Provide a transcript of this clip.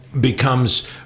becomes